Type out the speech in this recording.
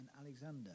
Alexander